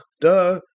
Duh